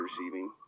receiving